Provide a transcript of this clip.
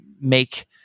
make